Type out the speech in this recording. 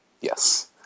Yes